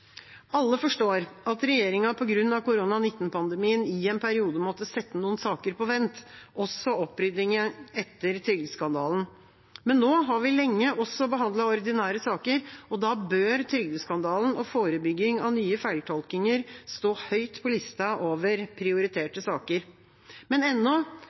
Alle forstår at regjeringa på grunn av koronapandemien i en periode måtte sette noen saker på vent, også oppryddingen etter trygdeskandalen, men nå har vi lenge også behandlet ordinære saker, og da bør trygdeskandalen og forebygging av nye feiltolkinger stå høyt på lista over prioriterte saker. Men ennå